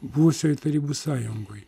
buvusioj tarybų sąjungoj